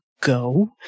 go